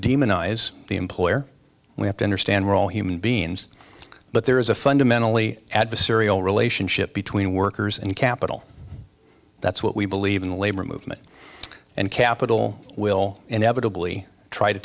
demonize the employer we have to understand we're all human beings but there is a fundamentally adversarial relationship between workers and capital that's what we believe in the labor movement and capital will inevitably tr